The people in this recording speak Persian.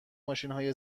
ماشینهای